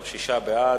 פה-אחד, שישה בעד,